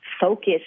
Focus